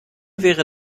wäre